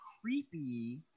creepy